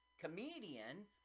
comedian